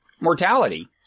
mortality